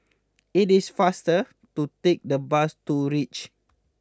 it is faster to take the bus to reach